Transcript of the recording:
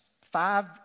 Five